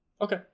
Okay